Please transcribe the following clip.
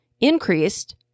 increased